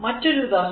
മറ്റൊരു ഉദാഹരണം